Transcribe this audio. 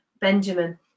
Benjamin